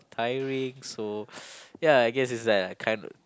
tiring so ya I guess is that I kind